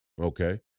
okay